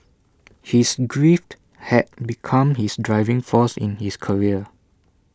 his grief had become his driving force in his career